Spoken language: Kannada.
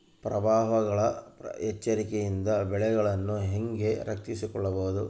ಪ್ರವಾಹಗಳ ಎಚ್ಚರಿಕೆಯಿಂದ ಬೆಳೆಗಳನ್ನು ಹೇಗೆ ರಕ್ಷಿಸಿಕೊಳ್ಳಬಹುದು?